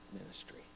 ministry